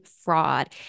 Fraud